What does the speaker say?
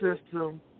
system